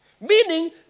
Meaning